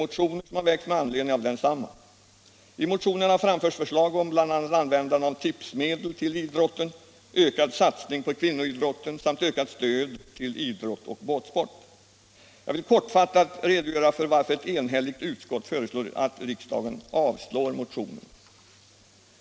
Jag vill kortfattat redogöra för varför ett enigt utskott föreslår riksdagen att avslå motionerna.